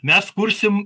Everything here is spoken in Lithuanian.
mes kursim